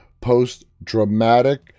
post-dramatic